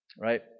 right